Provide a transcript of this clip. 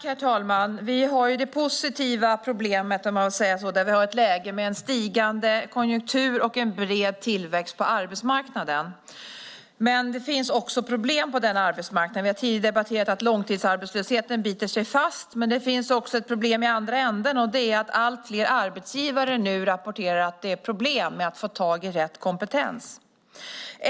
Herr talman! Vi har det positiva problemet, om man får säga så, att vi har ett läge med en stigande konjunktur och en bred tillväxt på arbetsmarknaden. Men det finns också problem på denna arbetsmarknad. Vi har tidigare debatterat att långtidsarbetslösheten biter sig fast. Det finns också ett problem i den andra änden, nämligen att allt fler arbetsgivare nu rapporterar problem med att få tag i rätt kompetens.